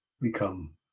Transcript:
become